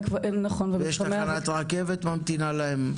יש תחנת רכבת ממתינה להם.